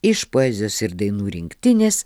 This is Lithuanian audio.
iš poezijos ir dainų rinktinės